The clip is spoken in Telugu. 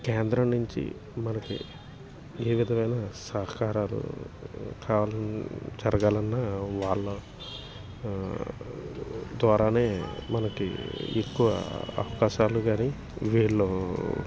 కేంద్రం నుంచి మనకి ఏ విధమైన సహకారాలు కావాల జరగాలన్నా వాళ్ళ ద్వారానే మనకి ఎక్కువ అవకాశాలు కానీ వీళ్ళు